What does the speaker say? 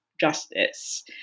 justice